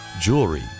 jewelry